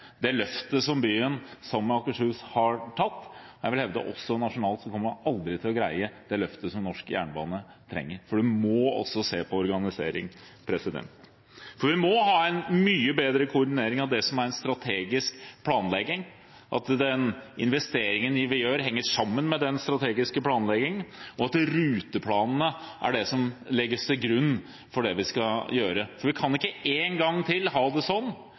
det løftet som byen sammen med Akershus har tatt. Og nasjonalt kommer man heller aldri til å greie det løftet som norsk jernbane trenger, for man må også se på organisering. Vi må ha en mye bedre koordinering av det som er en strategisk planlegging. Investeringene vi gjør, må henge sammen med den strategiske planleggingen, og ruteplanene må legges til grunn for det vi skal gjøre. Vi kan ikke én gang til ha det sånn